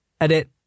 Edit